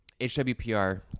HWPR